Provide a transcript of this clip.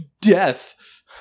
death